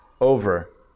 over